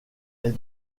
est